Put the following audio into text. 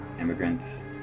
immigrants